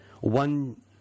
One